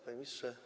Panie Ministrze!